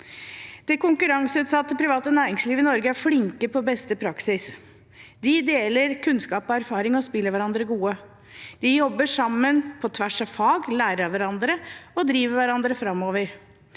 Det konkurranseutsatte private næringslivet i Norge er flinke på beste praksis. De deler kunnskap og erfaringer og spiller hverandre gode. De jobber sammen på tvers av fag, lærer av hverandre og driver hverandre framover.